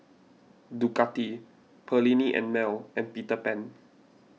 Ducati Perllini and Mel and Peter Pan